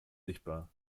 sichtbar